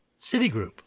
Citigroup